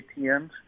ATMs